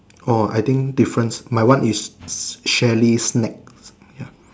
orh I think difference my one is Shally's snack ya